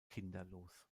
kinderlos